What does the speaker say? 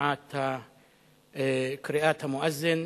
השמעת קריאת המואזין.